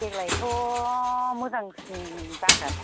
देग्लायथ' मोजांसिन जागोन